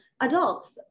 adults